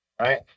right